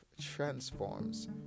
transforms